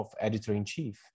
editor-in-chief